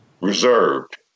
reserved